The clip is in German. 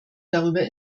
darüber